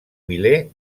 miler